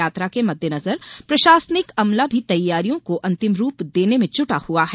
यात्रा के मद्देनजर प्रशासनिक अमला भी तैयारियों को अंतिम रूप देने में जुटा हुआ है